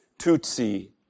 Tutsi